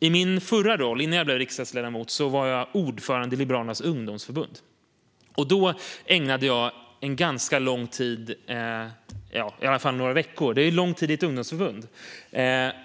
I min förra roll, innan jag blev riksdagsledamot, var jag ordförande i Liberalernas ungdomsförbund. Då ägnade jag ganska lång tid - i alla fall några veckor, vilket är lång tid i ett ungdomsförbund